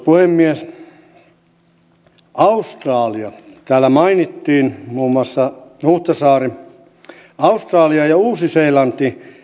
puhemies australia täällä mainittiin muun muassa huhtasaari mainitsi australia ja uusi seelanti